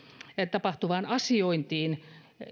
tapahtuvaan asiointiin